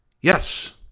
yes